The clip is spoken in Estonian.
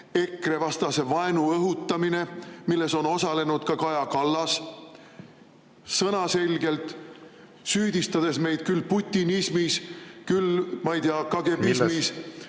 EKRE-vastase vaenu õhutamine, milles on osalenud ka Kaja Kallas, sõnaselgelt süüdistades meid küll putinismis, küll, ma ei tea, kagebismis